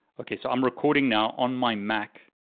okay, so i'm recording now on my mac.